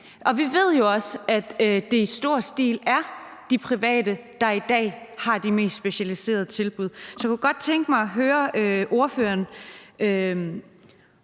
og vi ved jo også, at det i stor stil er de private, der i dag har de mest specialiserede tilbud. Så jeg kunne godt tænke mig at høre ordføreren,